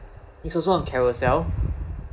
it's also on carousell